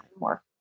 more